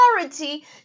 authority